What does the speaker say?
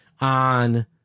on